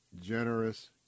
generous